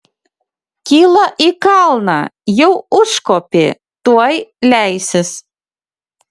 kyla į kalną jau užkopė tuoj leisis